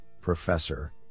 Professor